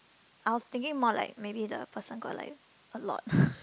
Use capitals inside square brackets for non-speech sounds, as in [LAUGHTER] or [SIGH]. I was thinking more like maybe the person got like a lot [BREATH]